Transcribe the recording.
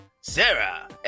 Sarah